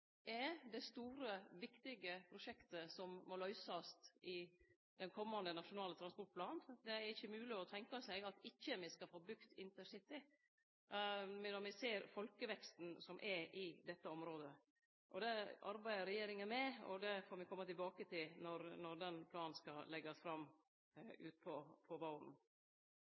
er det store, viktige prosjektet som må løysast i komande Nasjonal transportplan. Det er ikkje mogleg å tenkje seg at me ikkje skal få bygd intercity når me ser folkeveksten i dette området. Det arbeider regjeringa med, og det får me kome tilbake til når den planen skal leggjast fram utpå våren.